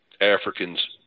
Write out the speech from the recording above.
Africans